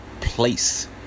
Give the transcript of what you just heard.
place